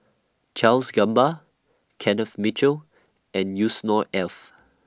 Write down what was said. Charles Gamba Kenneth Mitchell and Yusnor Ef